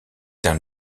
tint